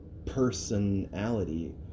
personality